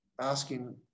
asking